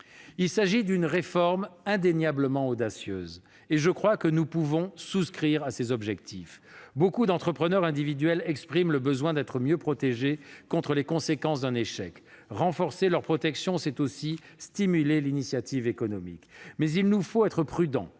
Il s'agit d'une réforme indéniablement audacieuse et nous pouvons, selon moi, souscrire à ses objectifs. Beaucoup d'entrepreneurs individuels expriment le besoin d'être mieux protégés contre les conséquences d'un échec. Renforcer leur protection, c'est aussi stimuler l'initiative économique. Néanmoins, il nous faut être prudents